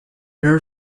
her